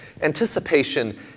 Anticipation